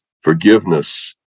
Forgiveness